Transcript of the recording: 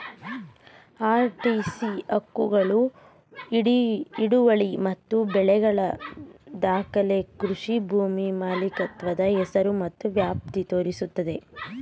RTC ಹಕ್ಕುಗಳು ಹಿಡುವಳಿ ಮತ್ತು ಬೆಳೆಗಳ ದಾಖಲೆ ಕೃಷಿ ಭೂಮಿ ಮಾಲೀಕತ್ವದ ಹೆಸರು ಮತ್ತು ವ್ಯಾಪ್ತಿ ತೋರಿಸುತ್ತೆ